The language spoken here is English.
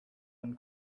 when